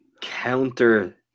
counter